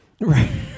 Right